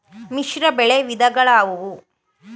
ಮಿಶ್ರಬೆಳೆ ವಿಧಗಳಾವುವು?